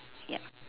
ya